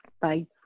bye